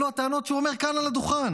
אלו הטענות שהוא אומר כאן על הדוכן.